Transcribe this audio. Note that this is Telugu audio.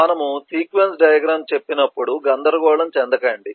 మనము సీక్వెన్స్ డయాగ్రమ్ చెప్పినప్పుడు గందరగోళం చెందకండి